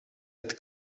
het